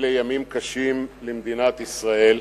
אלה ימים קשים למדינת ישראל,